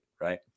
right